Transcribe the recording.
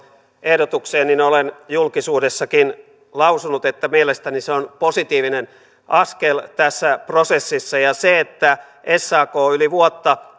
ehdotukseen niin olen julkisuudessakin lausunut että mielestäni se on positiivinen askel tässä prosessissa ja se että sak yli vuotta